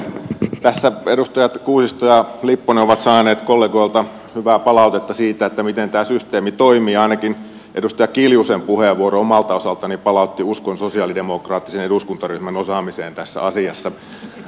tässä edustajat kuusisto ja lipponen ovat saaneet kollegoilta hyvää palautetta siitä miten tämä systeemi toimii ja ainakin edustaja kiljusen puheenvuoro omalta osaltani palautti uskon sosialidemokraattisen eduskuntaryhmän osaamiseen tässä asiassa